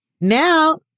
Now